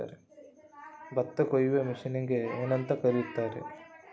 ಭತ್ತ ಕೊಯ್ಯುವ ಮಿಷನ್ನಿಗೆ ಏನಂತ ಕರೆಯುತ್ತಾರೆ?